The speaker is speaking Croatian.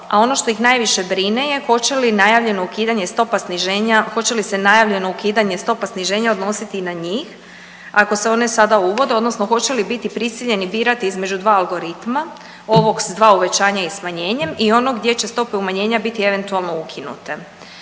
stopa sniženja, hoće li se najavljeno ukidanje stopa sniženja odnositi na njih ako se one sada uvode odnosno hoće li biti prisiljeni birati između dva algoritma ovog s dva uvećanje i smanjenjem i ono gdje će stope umanjenja biti eventualno ukinute.